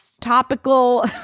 topical